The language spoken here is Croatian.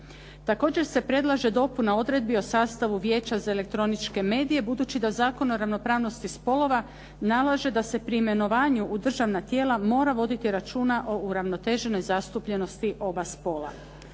Također se predlaže dopuna odredbi o sastavu Vijeća za elektroničke medije, budući da Zakon o ravnopravnosti spolova nalaže da se pri imenovanju u državna tijela mora voditi računa o uravnoteženoj zastupljenosti oba spola.